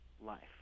life